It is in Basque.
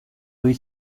ohi